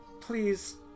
please